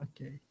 okay